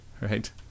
Right